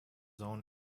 own